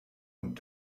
und